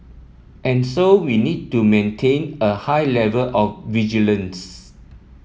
and so we need to maintain a high level of vigilance